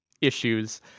issues